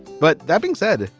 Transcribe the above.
but that being said,